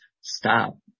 stop